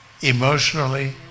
emotionally